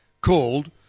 called